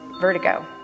vertigo